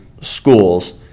schools